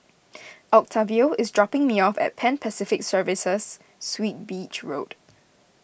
Octavio is dropping me off at Pan Pacific Serviced Suites Beach Road